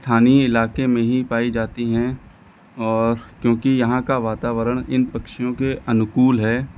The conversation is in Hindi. स्थानीय इलाके में ही पाई जाती हैं और क्योंकि यहाँ का वातावरण इन पक्षियों के अनुकूल है